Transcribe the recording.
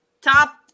Top